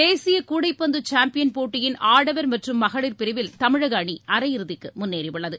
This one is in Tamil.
தேசிய கூடைப்பந்து காம்பியன் போட்டியின் ஆடவர் மற்றும் மகளிர் பிரிவில் தமிழக அணி அரையிறுதிக்கு முன்னேறி உள்ளது